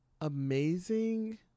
amazing